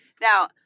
now